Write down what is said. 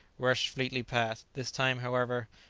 rushed fleetly past this time, however,